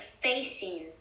facing